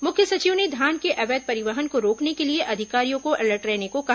मुख्य सचिव ने धान के अवैध परिवहन को रोकने के लिए अधिकारियों को अलर्ट रहने को कहा